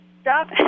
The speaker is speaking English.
Stop